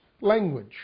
language